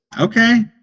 okay